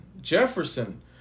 Jefferson